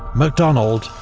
macdonald.